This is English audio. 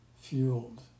fueled